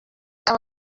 aba